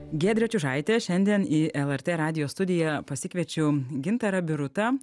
giedrė čiužaitė šiandien į lrt radijo studiją pasikviečiau gintarą birutą